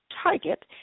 target